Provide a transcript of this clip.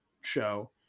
show